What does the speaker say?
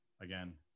Again